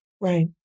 Right